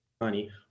money